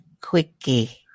quickie